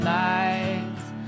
nights